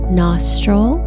nostril